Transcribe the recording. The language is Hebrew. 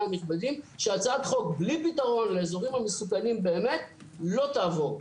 הנכבדים שהצעת חוק בלי פתרון לאזורים המסוכנים באמת לא תעבור.